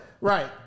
Right